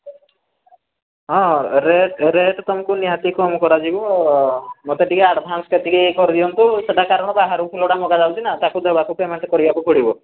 ହଁ rate rate ତମକୁ ନିହାତି କମ୍ କରାଯିବ ମୋତେ ଟିକେ ଆଡ଼ଭାନ୍ସ କେତିକି କରିଦିଅନ୍ତୁ ସେଟା କାରଣ ବାହାରୁ ଫୁଲଟା ମଗାଯାଉଛି ନା ତାକୁ ଦେବାକୁ ପେମେଣ୍ଟ କରିବାକୁ ପଡ଼ିବ